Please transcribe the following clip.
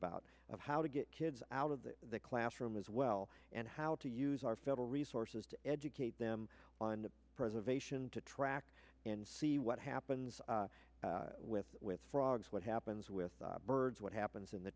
about of how to get kids out of the classroom as well and how to use our federal resources to educate them on the preservation to track and see what happens with with frogs what happens with the birds what happens in the